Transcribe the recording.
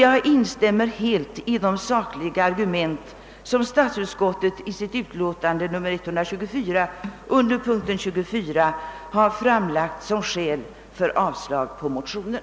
Jag instämmer helt i de sakliga argument som statsutskottet under punkten 24 i sitt utlåtande nr 124 har anfört som skäl för avslag på motionen.